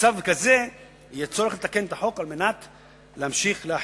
במצב כזה יהיה צורך לתקן את החוק כדי להמשיך להחילו.